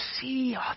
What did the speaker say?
see